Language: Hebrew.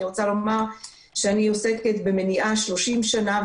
אני רוצה לומר שאני עוסקת במניעה 30 שנה,